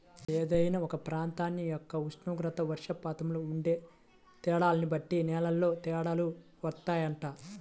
ఏదైనా ఒక ప్రాంతం యొక్క ఉష్ణోగ్రత, వర్షపాతంలో ఉండే తేడాల్ని బట్టి నేలల్లో తేడాలు వత్తాయంట